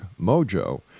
Mojo